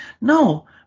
no